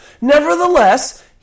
Nevertheless